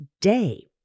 day